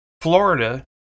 Florida